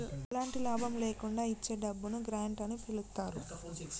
ఎలాంటి లాభం లేకుండా ఇచ్చే డబ్బును గ్రాంట్ అని పిలుత్తారు